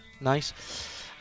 Nice